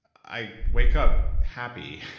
i wake up happy,